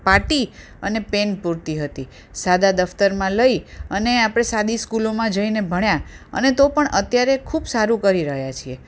પાટી અને પેન પૂરતી હતી સાદા દફતરમાં લઈ અને આપણે સાદી સ્કૂલોમાં જઈને ભણ્યાં અને તો પણ અત્યારે ખૂબ સારું કરી રહ્યાં છીએ